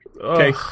Okay